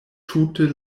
tute